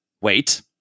wait